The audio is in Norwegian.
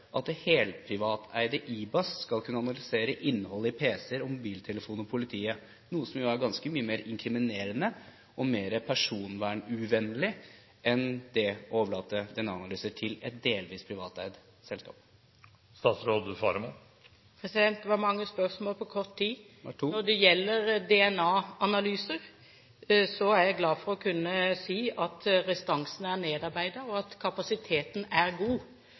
at det helprivateide Ibas skal kunne analysere innholdet i pc-er og mobiltelefoner for politiet, noe som er ganske mye mer inkriminerende og mer personvernuvennlig enn å overlate DNA-analyser til et delvis privateid selskap? Det var mange spørsmål på kort tid. Når det gjelder DNA-analyser, er jeg glad for å kunne si at restansene er nedarbeidet, og at kapasiteten er god.